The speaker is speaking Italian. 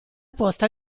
posta